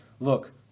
Look